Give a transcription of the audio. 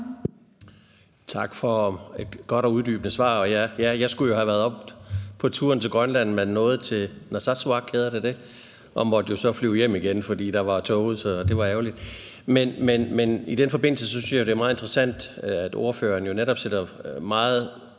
Tak for et godt og uddybende svar. Jeg skulle jo have været med på turen til Grønland, men jeg nåede kun til Narsarsuaq; hedder det det? Og jeg måtte jo så flyve hjem igen, fordi der var tåget, så det var ærgerligt. Men i den forbindelse synes jeg, det er meget interessant, at ordføreren jo netop nævner nogle meget